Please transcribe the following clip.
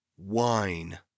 Wine